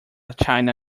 china